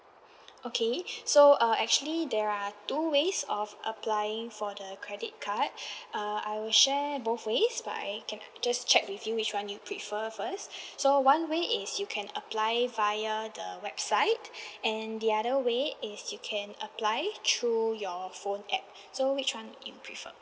okay so uh actually there are two ways of applying for the credit card uh I will share both ways but I can just check with you which one you prefer first so one way is you can apply via the website and the other way is you can apply through your phone app so which [one] you prefer